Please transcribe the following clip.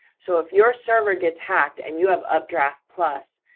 so if your server gets hacked, and you have updraftplus,